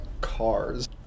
cars